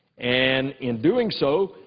and in doing so,